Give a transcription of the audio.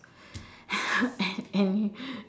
and